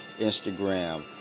Instagram